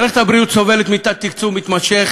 מערכת הבריאות סובלת מתת-תקצוב מתמשך